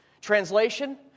Translation